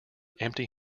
empty